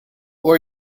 were